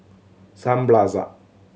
Sun Plaza